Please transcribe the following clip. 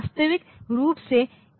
स्वाभाविक रूप से यह एड्रेस तय हैं